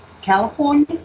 California